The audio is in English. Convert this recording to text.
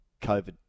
COVID